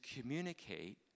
communicate